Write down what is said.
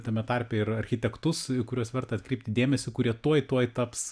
tame tarpe ir architektus į kuriuos verta atkreipti dėmesį kurie tuoj tuoj taps